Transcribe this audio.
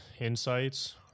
insights